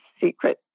secret